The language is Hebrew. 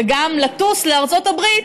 וגם לטוס לארצות הברית,